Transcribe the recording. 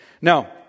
Now